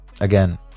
again